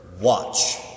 watch